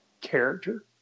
character